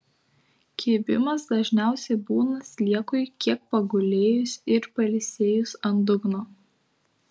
kibimas dažniausiai būna sliekui kiek pagulėjus ir pailsėjus ant dugno